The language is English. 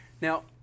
Now